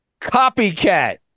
copycat